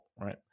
right